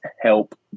help